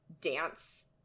dance